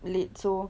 late so